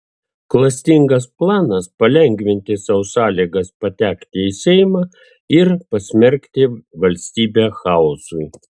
klastingas planas palengvinti sau sąlygas patekti į seimą ir pasmerkti valstybę chaosui